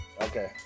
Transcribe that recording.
Okay